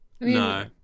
No